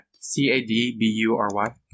C-A-D-B-U-R-Y